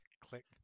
Click